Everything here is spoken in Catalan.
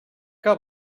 que